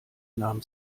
nahm